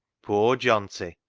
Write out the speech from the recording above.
poor johnty!